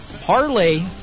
parlay